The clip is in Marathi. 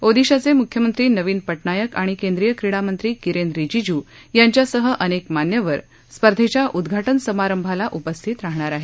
ओदिशाचे मुख्यमंत्री नवीन पटनायक आणि केंद्रीय क्रीडामंत्री किरेन रिजीजु यांच्यासह अनेक मान्यवर स्पर्धेच्या उद्घाटन समारंभाला उपस्थित राहणार आहेत